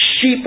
sheep